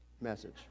message